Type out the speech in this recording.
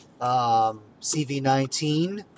CV19